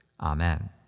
Amen